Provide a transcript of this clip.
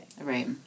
Right